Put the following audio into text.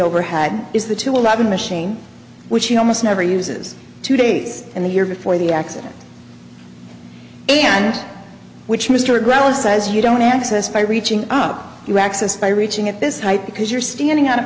overhead is the two alive a machine which he almost never uses two days and the year before the accident and which mr gross says you don't access by reaching up you access by reaching at this height because you're standing on a